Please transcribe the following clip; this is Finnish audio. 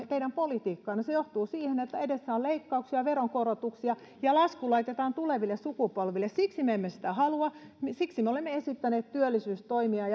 teidän politiikkanne johtaa se johtaa siihen että edessä on leikkauksia veronkorotuksia ja lasku laitetaan tuleville sukupolville siksi me emme sitä halua siksi me olemme esittäneet työllisyystoimia